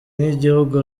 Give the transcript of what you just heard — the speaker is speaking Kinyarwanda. nk’igihugu